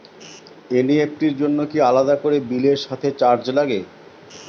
NEFT র জন্য কি আলাদা করে বিলের সাথে চার্জ লাগে?